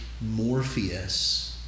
morpheus